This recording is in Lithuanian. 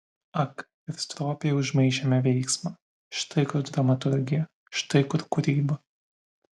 ak ir stropiai užmaišėme veiksmą štai kur dramaturgija štai kur kūryba